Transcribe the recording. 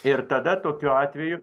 ir tada tokiu atveju